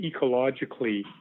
ecologically